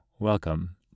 Welcome